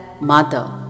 mother